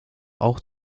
auch